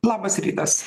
labas rytas